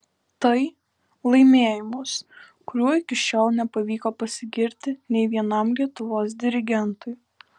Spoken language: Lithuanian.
tai laimėjimas kuriuo iki šiol nepavyko pasigirti nei vienam lietuvos dirigentui